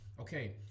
okay